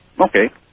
Okay